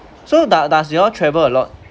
so does does you all travel a lot